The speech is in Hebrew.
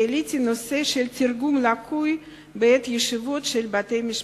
העליתי נושא של תרגום לקוי בעת ישיבות של בתי-משפט.